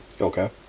okay